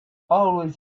always